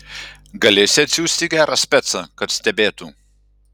galėsi atsiųsti gerą specą kad stebėtų